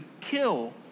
kill